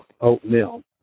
oatmeal